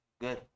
Good